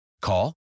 Call